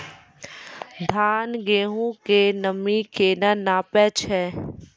धान, गेहूँ के नमी केना नापै छै?